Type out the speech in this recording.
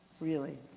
really.